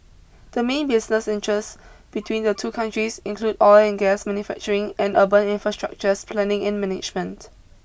the main business interests between the two countries include oil and gas manufacturing and urban infrastructures planning and management